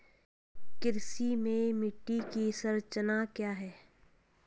कृषि में मिट्टी की संरचना क्या है?